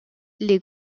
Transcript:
les